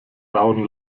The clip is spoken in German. rauen